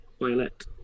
violet